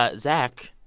ah zach,